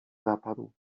zapadł